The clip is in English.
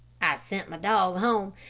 i sent my dog home,